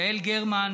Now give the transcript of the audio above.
יעל גרמן,